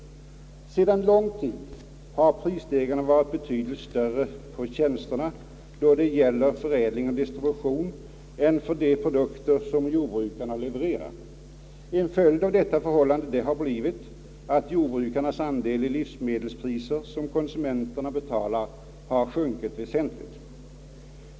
Sedan lång tid har prisstegringarna varit betydligt större på tjänsterna då det gäller förädling och distribution än för de produkter som jordbrukarna levererar. En följd av detta förhållande har blivit att jordbrukarnas andel i de livsmedelspriser som konsumenterna betalar har sjunkit.